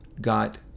got